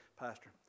Pastor